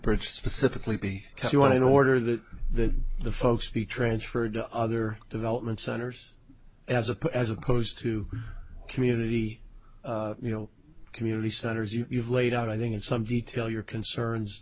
purchased specifically because you want in order that that the folks be transferred to other development centers as a as opposed to community you know community centers you've laid out i think in some detail your concerns